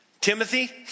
Timothy